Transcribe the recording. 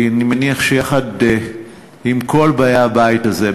אני מניח שיחד עם כל באי הבית הזה,